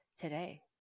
today